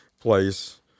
place